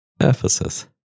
Ephesus